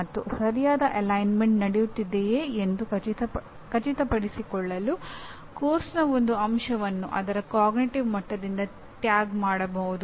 ಮತ್ತು ಸರಿಯಾದ ಅಲೈನ್ಮೆಂಟ್ ನಡೆಯುತ್ತಿದೆಯೆ ಎಂದು ಖಚಿತಪಡಿಸಿಕೊಳ್ಳಲು ಪಠ್ಯಕ್ರಮದ ಒಂದು ಅಂಶವನ್ನು ಅದರ ಅರಿವಿನ ಮಟ್ಟದಿಂದ ಟ್ಯಾಗ್ ಮಾಡಬಹುದು